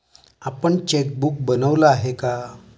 आपण चेकबुक बनवलं आहे का?